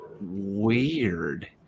Weird